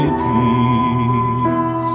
peace